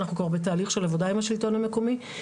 אנחנו כבר בתהליך של עבודה עם השלטון המקומי,